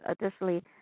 additionally